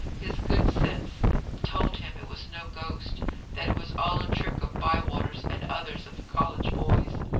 his good sense told him it was no ghost that it was all a trick of bywater's and others of the college boys.